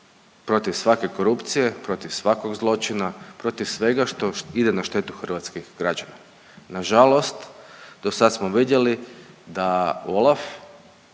protiv svake korupcije, protiv svakog zločina, protiv svega što ide na štetu hrvatskih građana. Na žalost, do sada smo vidjeli da OLAF